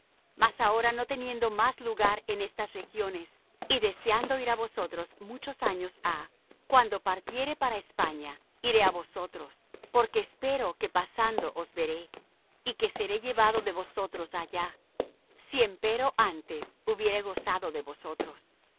mas ahora no teniendo más lugar en estas regiones y deseando ir á vosotros muchos años há cuando partiere para españa iré á vosotros porque espero que pasando os veré y que seré llevado de vosotros allá si empero antes hubiere gozado de vosotros